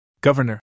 Governor